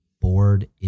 board